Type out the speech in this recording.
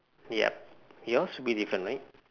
yup yours should be different right